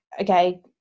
okay